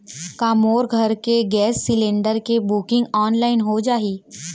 का मोर घर के गैस सिलेंडर के बुकिंग ऑनलाइन हो जाही?